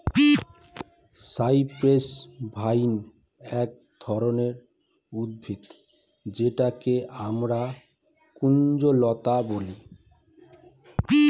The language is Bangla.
সাইপ্রেস ভাইন এক ধরনের উদ্ভিদ যেটাকে আমরা কুঞ্জলতা বলি